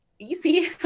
easy